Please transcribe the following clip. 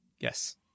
Yes